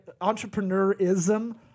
Entrepreneurism